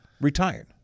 Retired